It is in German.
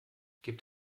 gibt